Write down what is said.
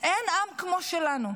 אין עם כמו שלנו,